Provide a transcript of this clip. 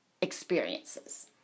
experiences